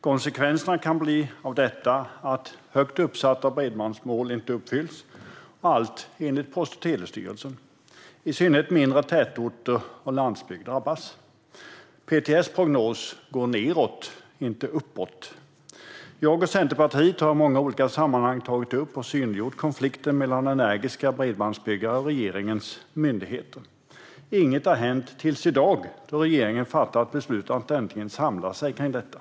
Konsekvenser av detta kan bli att högt uppsatta bredbandsmål inte uppfylls, allt enligt Post och telestyrelsen. I synnerhet mindre tätorter och landsbygd drabbas. PTS prognos går nedåt, inte uppåt. Jag och Centerpartiet har i många olika sammanhang tagit upp och synliggjort konflikten mellan energiska bredbandsbyggare och regeringens myndigheter. Inget har hänt, tills i dag då regeringen fattade beslut om att äntligen samla sig om detta.